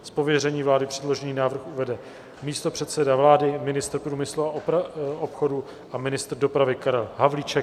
Z pověření vlády předložený návrh uvede místopředseda vlády, ministr průmyslu a obchodu a ministr dopravy Karel Havlíček.